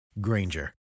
Granger